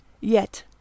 Yet